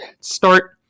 start